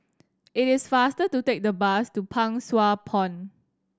it is faster to take the bus to Pang Sua Pond